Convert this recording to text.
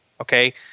okay